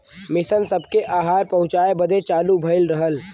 mission सबके आहार पहुचाए बदे चालू भइल रहल